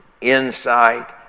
insight